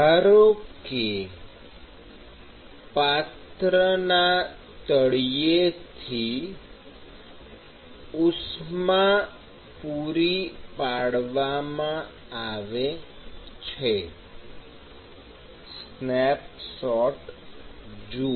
ધારો કે પાત્રના તળિયેથી ઉષ્મા પૂરી પાડવામાં આવે છે સ્નેપશોટ જુઓ